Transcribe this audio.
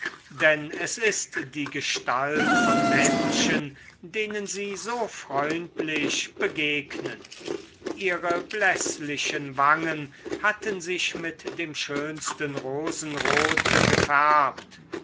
denn es ist die gestalt von menschen denen sie so freundlich begegnen ihre bläßlichen wangen hatten sich mit dem schönsten rosenrote gefärbt